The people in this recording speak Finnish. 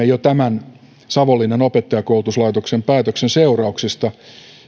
jo tiedämme savonlinnan opettajakoulutuslaitosta koskevan päätöksen seurauksista